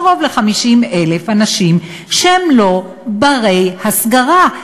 קרוב ל-50,000 אנשים שהם לא בני-הסגרה,